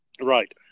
right